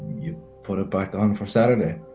you put it back on for saturday.